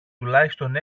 τουλάχιστον